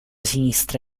sinistra